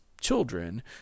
children